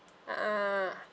ah ah